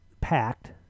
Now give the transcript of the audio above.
packed